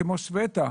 כמו משפחתה של סבטה,